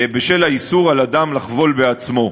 בשל האיסור על אדם לחבול בעצמו.